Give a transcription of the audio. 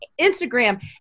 Instagram